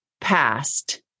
past